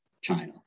China